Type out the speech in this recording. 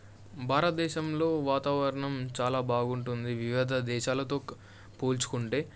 భారతదేశంలో వాతావరణం చాలా బాగుంటుంది వివిధ దేశాలతో క పోల్చుకుంటే